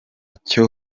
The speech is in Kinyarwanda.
cyo